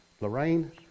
Lorraine